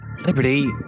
liberty